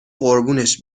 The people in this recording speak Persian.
قربونش